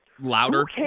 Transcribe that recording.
louder